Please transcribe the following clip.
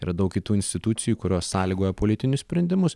yra daug kitų institucijų kurios sąlygoja politinius sprendimus